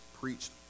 preached